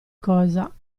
cosa